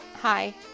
hi